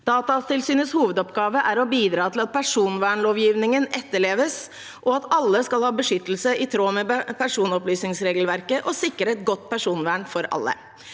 Datatilsynets hovedoppgave er å bidra til at personvernlovgivningen etterleves, at alle skal ha beskyttelse i tråd med personopplysningsregelverket, og å sikre et godt personvern for alle.